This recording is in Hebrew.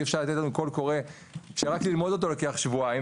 אי-אפשר לתת לנו קול קורא שרק ללמוד אותו לוקח שבועיים,